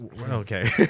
okay